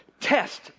Test